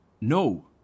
No